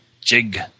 jig